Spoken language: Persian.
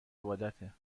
عبادته